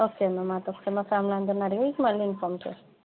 okay అండి మాతరపున మాఫ్యామిలీ అందరిని అడిగి మళ్ళి ఇంఫామ్ చేస్తాం